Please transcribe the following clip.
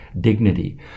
dignity